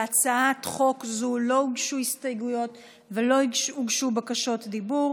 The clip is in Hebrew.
להצעת חוק זו לא הוגשו הסתייגויות ולא הוגשו בקשות דיבור,